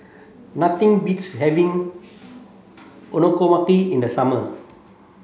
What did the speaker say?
nothing beats having Okonomiyaki in the summer